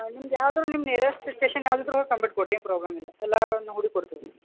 ನಿಮ್ದು ಯಾವುದು ನಿಮ್ಮ ನಿಯರೆಸ್ಟ್ ಸ್ಟೇಷನ್ ಯಾವ್ದು ಇದ್ದರು ಹೋಗಿ ಕಂಪ್ಲೇಂಟ್ ಕೊಡಿ ಏನು ಪ್ರಾಬ್ಲಮ್ ಇಲ್ಲ ಎಲ್ಲಾ ನಾವು ಹುಡುಕಿ ಕೊಡ್ತೀವಿ